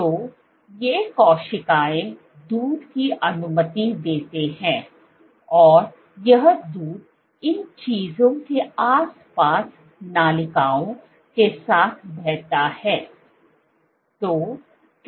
तो ये कोशिकाएं दूध की अनुमति देती हैं और यह दूध इन चीजों के आसपास नलिकाओं के साथ बहता है